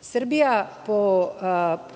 Srbija po